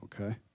okay